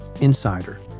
insider